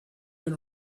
been